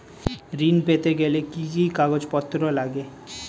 ঋণ পেতে গেলে কি কি কাগজপত্র লাগে?